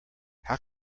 how